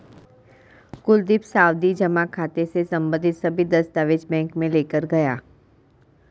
कुलदीप सावधि जमा खाता से संबंधित सभी दस्तावेज बैंक में लेकर गया